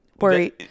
worry